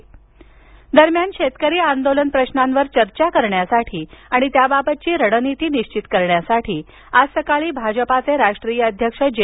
बैठक दरम्यान शेतकरी आंदोलन प्रशांवर चर्चा करण्यासाठी आणि त्याबाबतची रणनीती निश्वित करण्यासाठी आज सकाळी भाजपाचे राष्ट्रीय अध्यक्ष जे